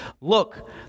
Look